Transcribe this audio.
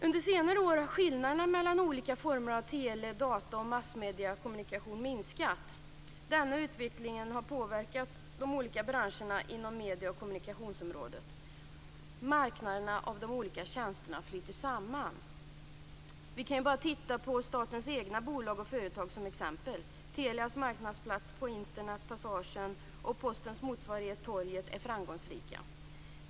Under senare år har skillnaderna mellan olika former av tele-, data och massmediekommunikation minskat. Denna utveckling har påverkat de olika branscherna inom medie och kommunikationsområdet. Marknaderna för de olika tjänsterna flyter samman. Vi kan bara ta statens egna bolag och företag som exempel. Telias marknadsplats på Internet, Passagen, och Postens motsvarighet, Torget, är framgångsrika.